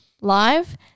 live